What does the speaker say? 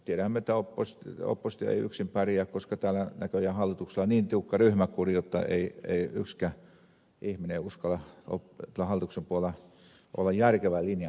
mutta tiedämme että oppositio ei yksin pärjää koska täällä näköjään hallituksella on niin tiukka ryhmäkuri jotta ei yksikään ihminen uskalla tuolla hallituksen puolella olla järkevän linjan kannalla